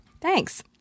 thanks